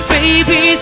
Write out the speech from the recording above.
Baby